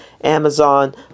Amazon